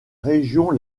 région